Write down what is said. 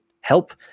help